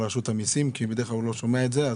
רשות המסים כי בדרך כלל הוא לא שומע את זה.